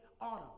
autumn